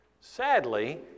sadly